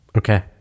okay